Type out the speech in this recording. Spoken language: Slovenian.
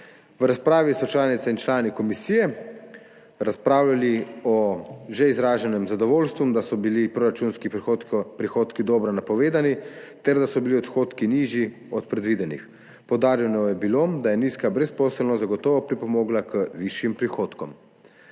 V razpravi so članice in člani komisije razpravljali o že izraženem zadovoljstvu, da so bili proračunski prihodki dobro napovedani ter da so bili odhodki nižji od predvidenih. Poudarjeno je bilo, da je nizka brezposelnost zagotovo pripomogla k višjim prihodkom.